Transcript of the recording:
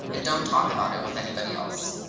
and don't talk about it with anybody else,